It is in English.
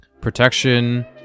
protection